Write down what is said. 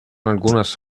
algunas